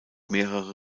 mehrere